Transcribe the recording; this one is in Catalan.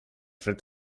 fred